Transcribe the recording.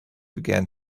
began